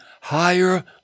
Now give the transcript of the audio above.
higher